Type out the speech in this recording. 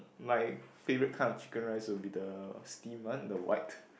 like favourite kind of chicken rice will be the steam one the white